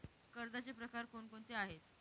कर्जाचे प्रकार कोणकोणते आहेत?